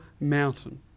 Mountain